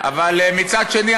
אבל מצד שני,